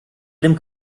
dem